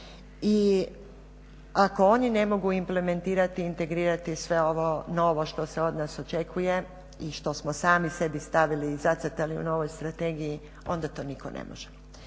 i ako oni ne mogu implementirati, integrirati sve ovo novo što se od nas očekuje i što smo sami sebi stavili i zacrtali u novoj strategiji, onda to nitko ne može.